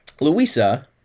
Louisa